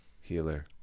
Healer